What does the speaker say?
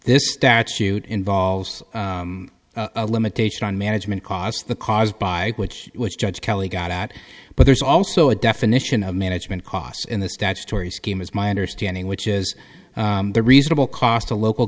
this statute involves a limitation on management costs the cause by which which judge kelly got at but there's also a definition of management costs in the statutory scheme is my understanding which is the reasonable cost to local